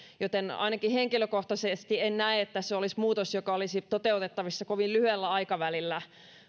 joten ainakaan henkilökohtaisesti en näe että se olisi muutos joka olisi toteutettavissa kovin lyhyellä aikavälillä